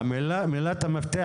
את מילת המפתח